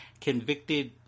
convicted